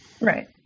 Right